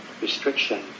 restriction